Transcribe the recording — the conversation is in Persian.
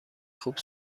خوب